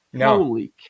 holy